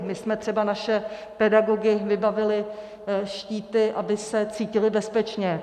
My jsme třeba naše pedagogy vybavili štíty, aby se cítili bezpečně.